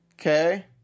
okay